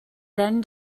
then